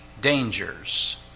dangers